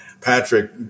Patrick